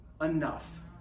enough